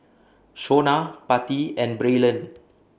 Shona Patti and Braylen